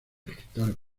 escritores